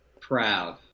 proud